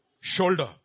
shoulder